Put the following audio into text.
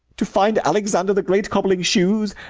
to find alexander the great cobbling shoes,